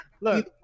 Look